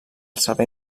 servei